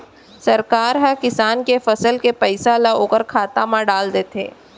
सरकार ह किसान के फसल के पइसा ल ओखर खाता म डाल देथे